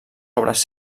obres